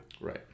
Right